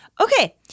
Okay